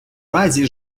разі